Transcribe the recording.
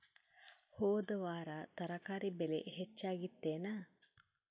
ಹೊದ ವಾರ ತರಕಾರಿ ಬೆಲೆ ಹೆಚ್ಚಾಗಿತ್ತೇನ?